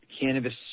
cannabis